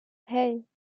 hey